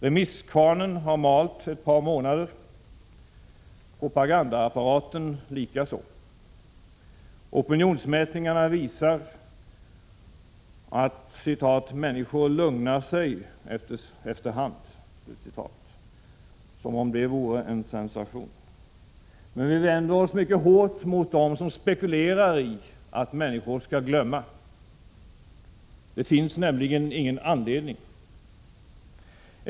Remisskvarnen har malt ett par månader, propagandaapparaten likaså. Opinionsmätningarna visar att ”människor lugnar sig efter hand” — som om det vore en sensation. Vi vänder oss i centerpartiet mycket hårt mot dem som spekulerar i att människor skall glömma — det finns nämligen ingen anledning att göra det.